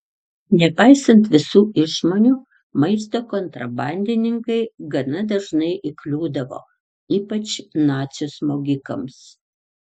nepaisant visų išmonių maisto kontrabandininkai gana dažnai įkliūdavo ypač nacių smogikams